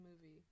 movie